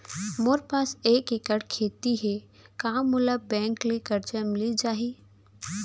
मोर पास एक एक्कड़ खेती हे का मोला बैंक ले करजा मिलिस जाही?